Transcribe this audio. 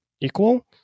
equal